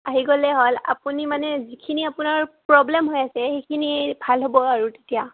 আহি গ'লে হ'ল আপুনি মানে যিখিনি আপোনাৰ প্ৰব্লেম হৈ আছে সেইখিনি ভাল হ'ব আৰু তেতিয়া